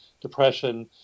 depression